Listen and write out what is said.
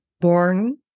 born